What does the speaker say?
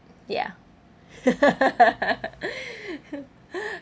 ya